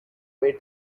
way